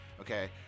okay